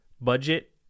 budget